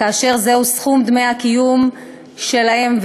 וזהו סכום דמי הקיום שלהם,